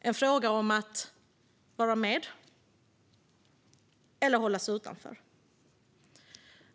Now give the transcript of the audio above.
Det är en fråga om att vara med eller att hållas utanför.